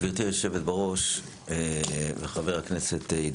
גבירתי היושבת-בראש וידידי,